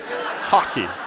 Hockey